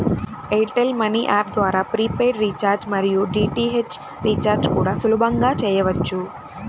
air tell money app ద్వారా prepaid recharge మరియు DTH recharge కూడా సులభంగా చేసుకోవచ్చు